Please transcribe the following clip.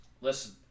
Listen